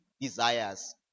desires